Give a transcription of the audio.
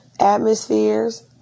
atmospheres